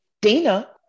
Dana